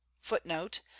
footnote